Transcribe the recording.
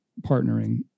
partnering